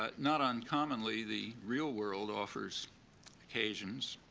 but not uncommonly, the real world offers occasions,